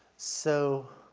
so